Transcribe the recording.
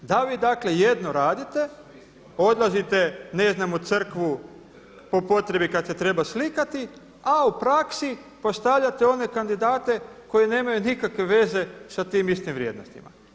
Da vi dakle jedno radite, odlazite ne znam u crkvu po potrebi kada se treba slikati a u praksi postavljate one kandidate koji nemaju nikakve veze sa tim istim vrijednostima.